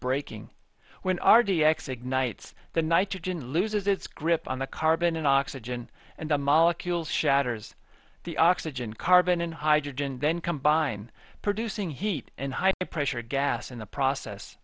breaking when r d x ignites the nitrogen loses its grip on the carbon and oxygen and the molecules shatters the oxygen carbon and hydrogen then combine producing heat and high pressure gas in the process